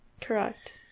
Correct